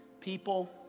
People